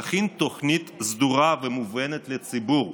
להכין תוכנית סדורה ומובנת לציבור,